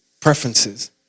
preferences